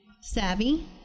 savvy